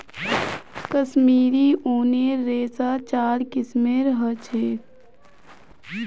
कश्मीरी ऊनेर रेशा चार किस्मेर ह छे